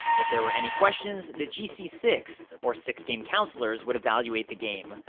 if there were any questions, the g c six, or six game counselors would evaluate the game.